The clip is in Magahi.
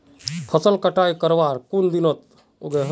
फसल कटाई करवार कुन दिनोत उगैहे?